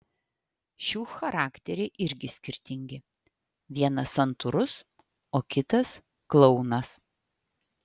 šių charakteriai irgi skirtingi vienas santūrus o kitas klounas